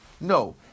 no